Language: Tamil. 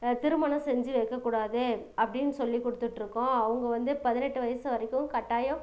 திருமணம் செஞ்சு வைக்கக்கூடாது அப்படின்னு சொல்லிக் கொடுத்துட்ருக்கோம் அவங்க வந்து பதினெட்டு வயசு வரைக்கும் கட்டாயம்